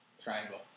Triangle